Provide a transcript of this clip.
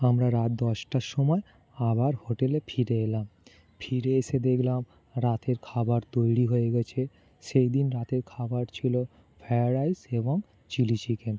আমরা রাত দশটার সময় আবার হোটেলে ফিরে এলাম ফিরে এসে দেখলাম রাতের খাবার তৈরি হয়ে গেছে সেই দিন রাতের খাবার ছিলো ফ্রাইড রাইস এবং চিলি চিকেন